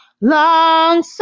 long